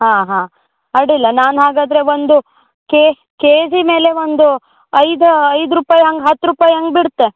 ಆಂ ಹಾಂ ಅಡ್ಡಿಲ್ಲ ನಾನು ಹಾಗಾದರೆ ಒಂದು ಕೆಜಿ ಮೇಲೆ ಒಂದು ಐದು ಐದು ರೂಪಾಯಿ ಹಂಗೆ ಹತ್ತು ರೂಪಾಯಿ ಹಂಗ್ ಬಿಡ್ತೆ